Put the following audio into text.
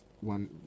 one